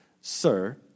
Sir